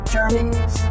Journeys